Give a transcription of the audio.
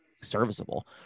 serviceable